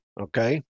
okay